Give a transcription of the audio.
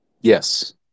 Yes